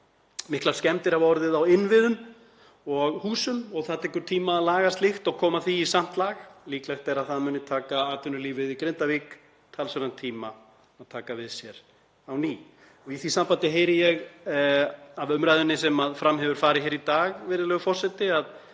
Miklar skemmdir hafa orðið á innviðum og húsum og það tekur tíma að laga slíkt og koma því í samt lag. Líklegt er að það muni taka atvinnulífið í Grindavík talsverðan tíma að taka við sér á ný. Í því sambandi heyri ég af umræðunni sem fram hefur farið hér í dag, virðulegur forseti,